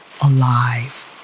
alive